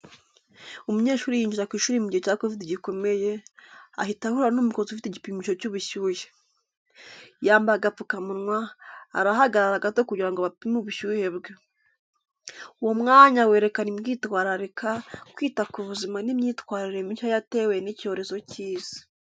Umunyeshuri yinjira ku ishuri mu gihe cya Covid gikomeye, ahita ahura n’umukozi ufite igipimisho cy’ubushyuhe. Yambaye agapfukamunwa, arahagarara gato kugira ngo bapime ubushyuhe bwe. Uwo mwanya werekana kwitwararika, kwita ku buzima, n’imyitwarire mishya yatewe n’icyorezo cy’isi.